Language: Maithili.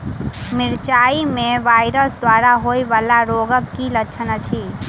मिरचाई मे वायरस द्वारा होइ वला रोगक की लक्षण अछि?